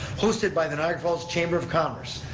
hosted by the niagara falls chamber of commerce.